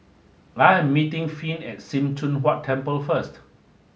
I am meeting Finn at Sim Choon Huat Temple first